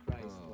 Christ